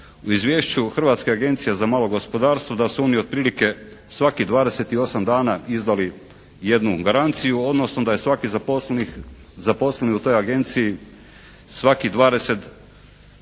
u Izvješću Hrvatske agencije za malo gospodarstvo da su oni otprilike svakih 28 dana izdali jednu garanciju, odnosno da je svaki zaposleni u toj agenciji svakih 20, izdao